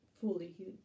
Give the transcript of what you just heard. fully